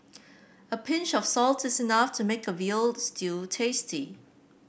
a pinch of salt is enough to make a veal stew tasty